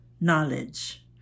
knowledge